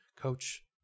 coach